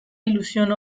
ilusión